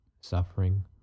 suffering